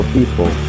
people